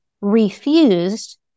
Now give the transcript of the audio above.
refused